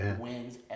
wins